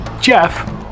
jeff